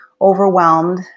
overwhelmed